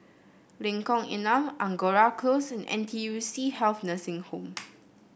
Lengkong Enam Angora Close and N T U C Health Nursing Home